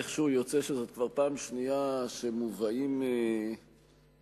יוצא שזאת כבר הפעם השנייה שמובאים על-ידי